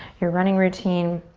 your running routine.